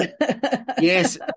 yes